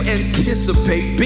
anticipate